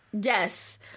Yes